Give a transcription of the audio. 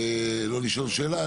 לא לשאול שאלה,